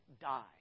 die